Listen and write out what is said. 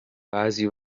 بعضی